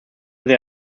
they